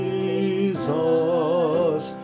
Jesus